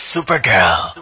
Supergirl